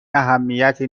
اهمیتی